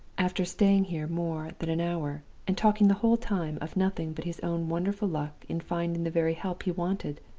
after staying here more than an hour, and talking the whole time of nothing but his own wonderful luck in finding the very help he wanted,